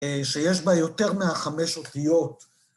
שיש בה יותר מהחמש אותיות.